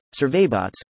surveybots